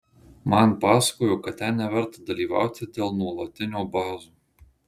man pasakojo kad ten neverta dalyvauti dėl nuolatinio bazo